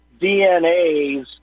DNAs